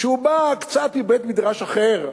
שהוא בא קצת מבית-מדרש אחר,